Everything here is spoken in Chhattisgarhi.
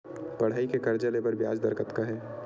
पढ़ई के कर्जा ले बर ब्याज दर कतका हे?